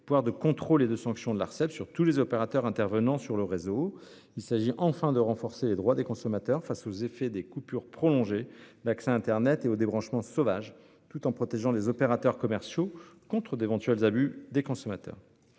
pouvoirs de contrôle et de sanction de l'Arcep sur tous les opérateurs intervenant sur le réseau. Il s'agit enfin de renforcer les droits des consommateurs face aux effets des coupures prolongées d'accès à internet et aux débranchements sauvages, tout en protégeant les opérateurs commerciaux contre d'éventuels abus des consommateurs.